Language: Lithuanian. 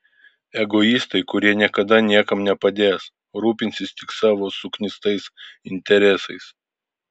egoistai kurie niekada niekam nepadės rūpinsis tik savo suknistais interesais